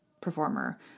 performer